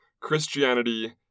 Christianity